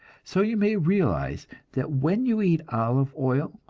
so you may realize that when you eat olive oil,